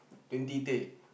twenty teh